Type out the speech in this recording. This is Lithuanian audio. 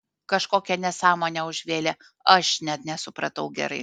kažkokią nesąmonę užvėlė aš net nesupratau gerai